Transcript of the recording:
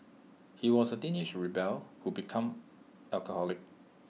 he was A teenage rebel who become alcoholic